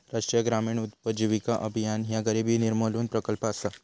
राष्ट्रीय ग्रामीण उपजीविका अभियान ह्या गरिबी निर्मूलन प्रकल्प असा